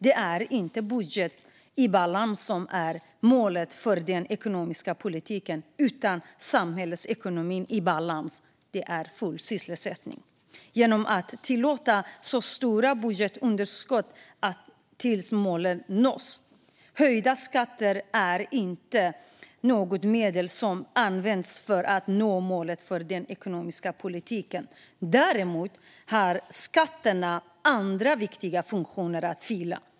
Det är inte en budget i balans som ska vara målet för den ekonomiska politiken, utan det ska vara en samhällsekonomi i balans och full sysselsättning genom att tillåta stora budgetunderskott tills målen nås. Höjda skatter är inte något medel som ska användas för att nå målen för den ekonomiska politiken. Däremot har skatterna andra viktiga funktioner att fylla.